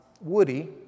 Woody